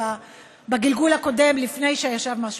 בגלגול הקודם, לפני שישב מר שפילגר,